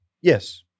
Yes